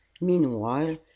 Meanwhile